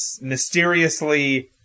mysteriously